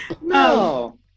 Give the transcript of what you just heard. No